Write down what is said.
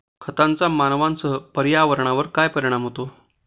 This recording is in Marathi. खतांचा मानवांसह पर्यावरणावर काय परिणाम होतो?